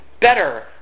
better